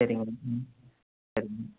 சரிங்க ம் சரிங்க